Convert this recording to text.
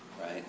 right